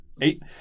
Eight